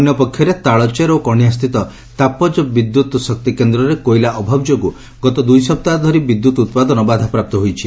ଅନ୍ୟପକ୍ଷରେ ତାଳଚେର ଓ କଶିହାଁସ୍ଥିତ ତାପକ ବିଦ୍ୟୁତ୍ ଶକ୍ତି କେନ୍ଦରେ କୋଇଲା ଅଭାବ ଯୋଗୁଁ ଗତ ଦୂଇସପ୍ତାହ ଧରି ବିଦ୍ୟତ୍ ଉପାଦନ ବାଧାପ୍ରାପ୍ତ ହୋଇଛି